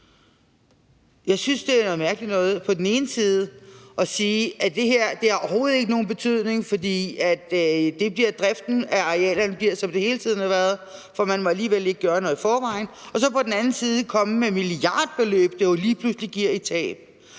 Jeg synes, det er noget mærkeligt noget på den ene side at sige, at det her overhovedet ikke har nogen betydning, fordi driften af arealerne bliver, som den hele tiden har været, for man må alligevel ikke gøre noget i forvejen, og så på den anden side komme med milliardbeløb, som det lige pludselig giver i tab.